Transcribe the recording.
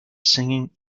singing